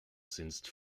since